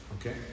Okay